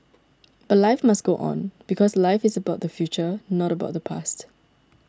but life must go on because life is about the future not about the past